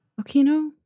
Okino